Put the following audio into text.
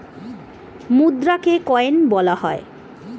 মুদ্রাকে coin বলা হয়